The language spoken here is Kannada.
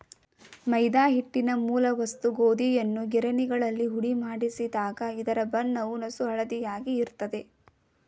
ಮೈದಾ ಹಿಟ್ಟಿನ ಮೂಲ ವಸ್ತು ಗೋಧಿಯನ್ನು ಗಿರಣಿಗಳಲ್ಲಿ ಹುಡಿಮಾಡಿಸಿದಾಗ ಇದರ ಬಣ್ಣವು ನಸುಹಳದಿಯಾಗಿ ಇರ್ತದೆ